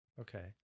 okay